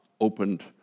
opened